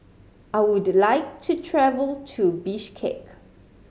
I would like to travel to Bishkek